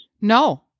No